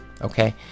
okay